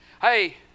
Hey